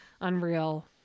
unreal